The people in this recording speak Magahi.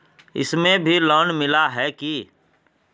इसमें भी लोन मिला है की